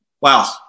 Wow